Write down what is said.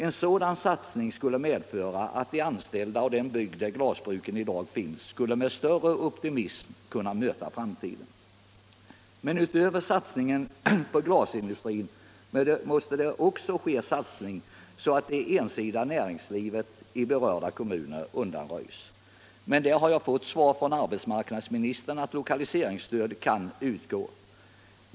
En sådan satsning skulle medföra att de anställda och den bygd där glasbruken i dag finns skulle med större optimism kunna möta framtiden. Men utöver satsningen på glasindustrin måste det också sättas in åtgärder för att undanröja ensidigheten i berörda kommuners näringsliv. Där har jag fått det svaret från arbetsmarknadsministern att lokaliseringsstöd kan utgå.